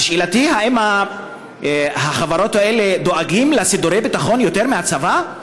שאלתי: האם החברות האלה דואגות לסידורי הביטחון יותר מהצבא?